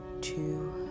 two